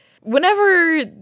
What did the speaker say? whenever